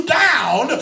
down